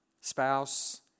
spouse